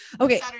okay